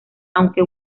aunque